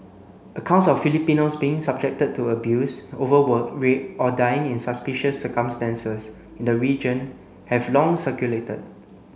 accounts of Filipinos being subjected to abuse overwork rape or dying in suspicious circumstances in the region have long circulated